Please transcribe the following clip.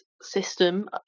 system